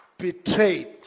betrayed